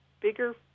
bigger